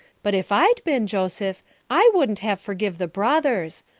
but if i'd been joseph i wouldn't have forgive the brothers.